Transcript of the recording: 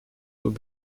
would